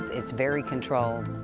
it's very controlled.